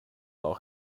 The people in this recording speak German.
auch